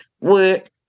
work